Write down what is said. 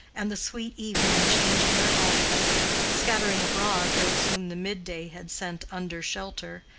and the sweet evening changing her office scattering abroad those whom the midday had sent under shelter,